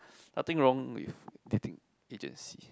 nothing wrong with getting agency